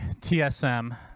TSM